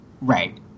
Right